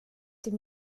dem